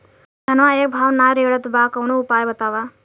धनवा एक भाव ना रेड़त बा कवनो उपाय बतावा?